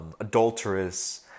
adulterous